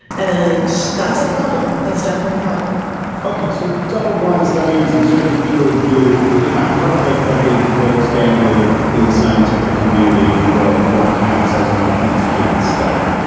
and that's a problem. that's definitely a problem ok. so double-blind studies and certainly peer reviewed, it's not perfect, but it is the gold standard in the scientific community for what counts as an authenticated study.